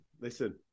Listen